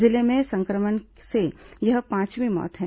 जिले में संक्रमण से यह पांचवीं मौत है